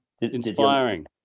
Inspiring